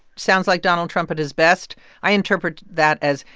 sounds like donald trump at his best i interpret that as,